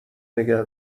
نگه